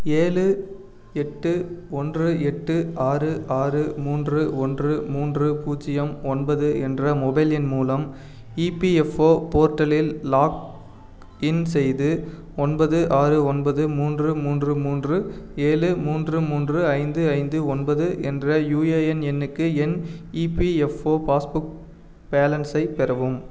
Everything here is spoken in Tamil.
ஏழு எட்டு ஒன்று எட்டு ஆறு ஆறு மூன்று ஒன்று மூன்று பூஜ்யம் ஒன்பது என்ற மொபைல் எண் மூலம் இபிஎஃப்ஓ போர்ட்டலில் லாக்இன் செய்து ஒன்பது ஆறு ஒன்பது மூன்று மூன்று மூன்று ஏழு மூன்று மூன்று ஐந்து ஐந்து ஒன்பது என்ற யுஏஎன் எண்ணுக்கு என் இபிஎஃப்ஓ பாஸ்புக் பேலன்ஸை பெறவும்